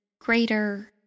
greater